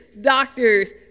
doctors